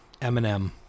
Eminem